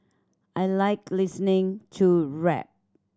I like listening to rap